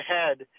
ahead